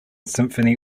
symphony